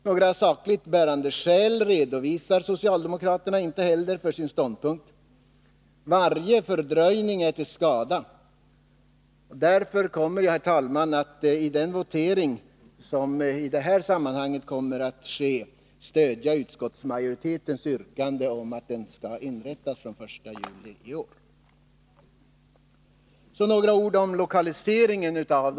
Några sakligt bärande skäl redovisar socialdemokraterna inte heller för sin ståndpunkt. Varje fördröjning är till skada! Därför kommer jag, herr talman, att i den votering som kommer att ske i det här sammanhanget stödja utskottsmajoritetens yrkande om att myndigheten skall inrättas från den 1 juli i år. Därefter vill jag säga några ord om lokaliseringen av det nya verket.